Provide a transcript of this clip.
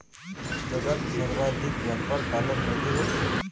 जगात सर्वाधिक व्यापार डॉलरमध्ये होतो